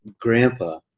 grandpa